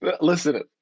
Listen